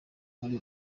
muri